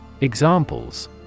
Examples